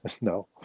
No